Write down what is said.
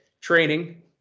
training